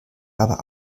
aber